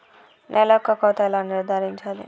నేల యొక్క కోత ఎలా నిర్ధారించాలి?